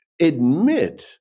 admit